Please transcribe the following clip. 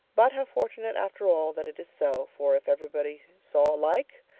but how fortunate after all that it is so, for if everybody saw alike.